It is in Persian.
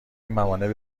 موانع